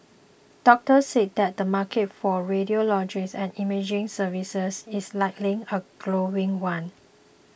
doctors say that the market for radiology and imaging services is likely a growing one